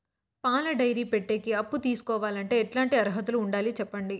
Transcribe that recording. పాల డైరీ పెట్టేకి అప్పు తీసుకోవాలంటే ఎట్లాంటి అర్హతలు ఉండాలి సెప్పండి?